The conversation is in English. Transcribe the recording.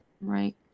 Right